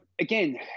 again